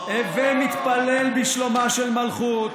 הווי מתפלל בשלומה של מלכות,